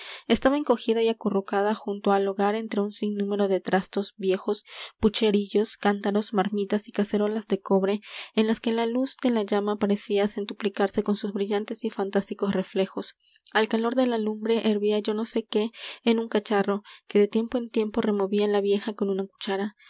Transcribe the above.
estaba encogida y acurrucada junto al hogar entre un sinnúmero de trastos viejos pucherillos cántaros marmitas y cacerolas de cobre en las que la luz de la llama parecía centuplicarse con sus brillantes y fantásticos reflejos al calor de la lumbre hervía yo no sé qué en un cacharro que de tiempo en tiempo removía la vieja con una cuchara